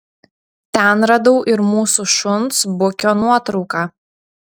ten radau ir mūsų šuns bukio nuotrauką